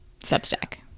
Substack